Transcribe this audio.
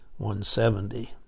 170